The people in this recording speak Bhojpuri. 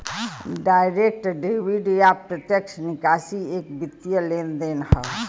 डायरेक्ट डेबिट या प्रत्यक्ष निकासी एक वित्तीय लेनदेन हौ